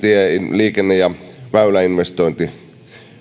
liikenne ja väyläinvestointiohjelmaan